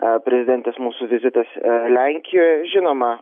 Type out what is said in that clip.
prezidentės mūsų vizitas lenkijoje žinoma